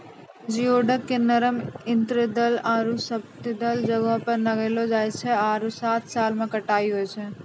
geoduck के नरम intertidal आरो सब्तिदल जग्हो में लगैलो जाय छै आरो सात साल में कटाई होय छै